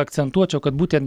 akcentuočiau kad būten